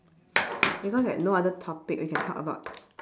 because like no other topic we can talk about